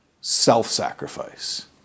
self-sacrifice